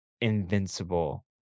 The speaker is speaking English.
invincible